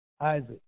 Isaac